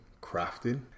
crafted